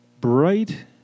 bright